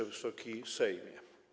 Wysoki Sejmie!